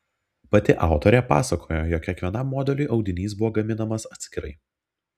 pati autorė pasakojo jog kiekvienam modeliui audinys buvo gaminamas atskirai